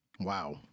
Wow